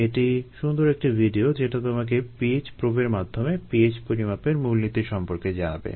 এটি সুন্দর একটি ভিডিও যেটা তোমাকে pH প্রোবের মাধ্যমে pH পরিমাপের মূলনীতি সম্পর্কে জানাবে